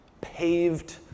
paved